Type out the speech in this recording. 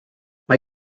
mae